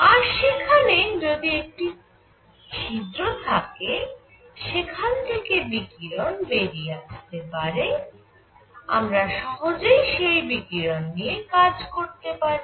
আর সেখানে যদি একটি ছিদ্র থাকে যেখান থেকে বিকিরণ বেরিয়ে আসতে পারে আমরা সহজেই সেই বিকিরণ নিয়ে কাজ করতে পারি